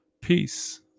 Peace